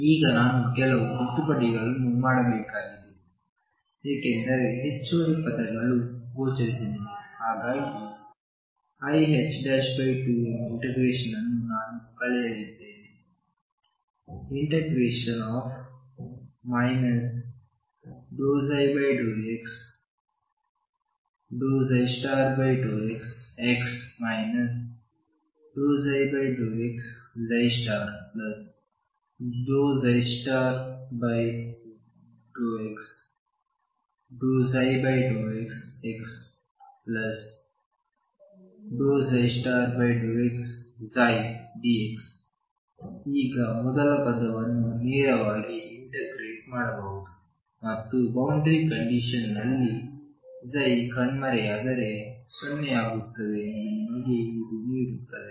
ಈಗ ನಾನು ಕೆಲವು ತಿದ್ದುಪಡಿಗಳನ್ನು ಮಾಡಬೇಕಾಗಿದೆ ಏಕೆಂದರೆ ಹೆಚ್ಚುವರಿ ಪದಗಳು ಗೋಚರಿಸಲಿವೆ ಹಾಗಾಗಿ iℏ2m∫ ಅನ್ನು ನಾನು ಕಳೆಯಲಿದ್ದೇನೆ ∫ ∂ψ∂x∂xx ∂ψ∂x∂x∂ψ∂xx∂xdx ಈಗ ಮೊದಲ ಪದವನ್ನು ನೇರವಾಗಿ ಇಂಟರ್ಗ್ರೇಟ್ ಮಾಡಬಹುದು ಮತ್ತು ಬೌಂಡರಿ ಕಂಡೀಶನ್ ನಲ್ಲಿ ಕಣ್ಮರೆಯಾದರೆ 0 ಆಗಿರುತ್ತದೆ ಎಂದು ಇದು ನಿಮಗೆ ನೀಡುತ್ತದೆ